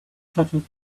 shattered